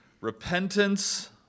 Repentance